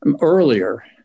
earlier